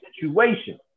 situation